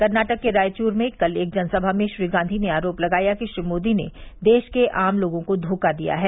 कर्नाटक के रायचूर में कल एक जनसभा में श्री गांधी ने आरोप लगाया कि श्री मोदी ने देश के आम लोगों को धोखा दिया है